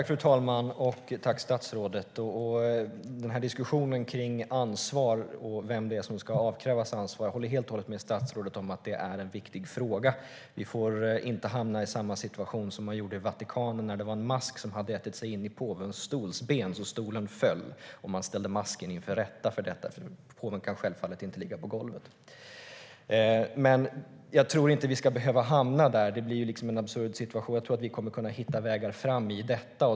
Fru talman! Tack, statsrådet! I diskussionen om ansvar och vem som ska avkrävas ansvar håller jag helt och hållet med statsrådet om att det är en viktig fråga. Vi får inte hamna i samma situation som i Vatikanen när en mask hade ätit sig in i påvens stolsben så att stolen föll och man ställde masken inför rätta för detta eftersom påven självfallet inte kan ligga på golvet. Jag tror inte att vi ska behöva hamna där. Det blir liksom en absurd situation. Jag tror att vi kommer att kunna hitta vägar framåt i detta.